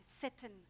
certain